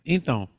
Então